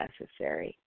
necessary